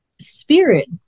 spirit